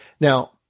Now